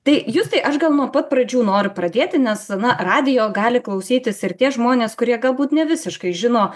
tai justai aš gal nuo pat pradžių noriu pradėti nes na radijo gali klausytis ir tie žmonės kurie galbūt ne visiškai žino